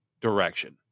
direction